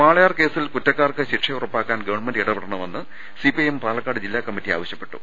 വാളയാർ കേസിൽ കുറ്റക്കാർക്ക് ശിക്ഷ ഉറപ്പാക്കാൻ ഗവർണമെന്റ് ഇടപെടണമെന്ന് സിപിഐഎം പാലക്കാട്ട് ജില്ലാ കമ്മറ്റി ആവശ്യപ്പെട്ടു